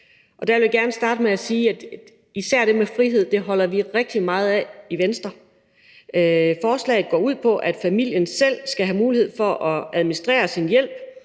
Og der vil jeg gerne starte med at sige, at især det med frihed holder vi rigtig meget af i Venstre. Forslaget går ud på, at familien selv skal have mulighed for at administrere sin hjælp